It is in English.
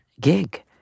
gig